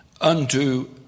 unto